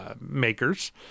makers